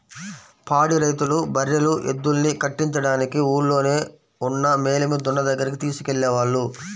పాడి రైతులు బర్రెలు, ఎద్దుల్ని కట్టించడానికి ఊల్లోనే ఉన్న మేలిమి దున్న దగ్గరికి తీసుకెళ్ళేవాళ్ళు